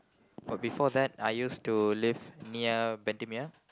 but before that I used to live near Bendemeer